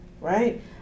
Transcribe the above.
right